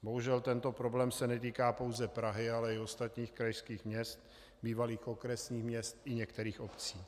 Bohužel se tento problém netýká pouze Prahy, ale i ostatních krajských měst, bývalých okresních měst i některých obcí.